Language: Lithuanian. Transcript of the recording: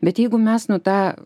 bet jeigu mes nu tą